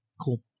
Cool